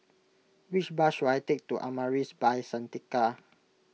which bus should I take to Amaris By Santika